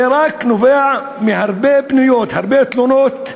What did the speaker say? זה נובע רק מהרבה פניות, הרבה תלונות מהאוכלוסייה,